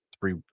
three